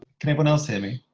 can everyone else hear me?